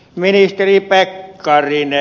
ministeri pekkarinen